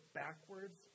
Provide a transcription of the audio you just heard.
backwards